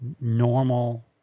normal